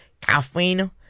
caffeine